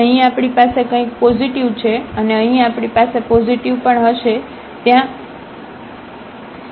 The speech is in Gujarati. તેથી અહીં આપણી પાસે કંઈક પોઝિટિવ છે અને અહીં આપણી પાસે પોઝિટિવ પણ હશે જે ત્યાં એકકુવેર છે